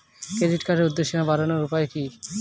Credit কার্ডের উর্ধ্বসীমা বাড়ানোর উপায় কি?